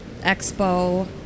Expo